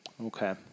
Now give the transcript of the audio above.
Okay